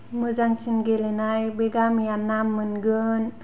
मोजांसिन गेलेनाय बै गामिया नाम मोनगोन